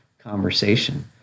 conversation